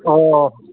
ꯑꯣ